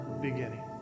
beginning